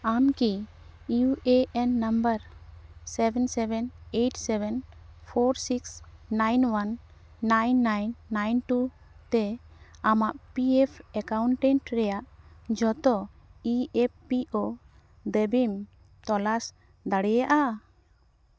ᱟᱢᱠᱤ U A N number seven seven eight seven four six nine one nine nine nine two ᱼᱛᱮ ᱟᱢᱟᱜ P F ᱮᱠᱟᱣᱩᱱᱴᱮᱱᱴ ᱨᱮᱭᱟᱜ ᱡᱚᱛᱚ ᱤ ᱮᱯᱷ ᱯᱤ ᱳ ᱫᱟᱹᱵᱤᱢ ᱛᱚᱞᱟᱥ ᱫᱟᱲᱮᱭᱟᱜᱼᱟ